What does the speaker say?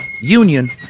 Union